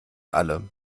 alle